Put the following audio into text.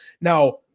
Now